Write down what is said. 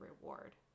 reward